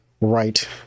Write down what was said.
right